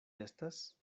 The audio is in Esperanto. estas